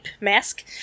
mask